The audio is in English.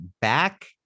back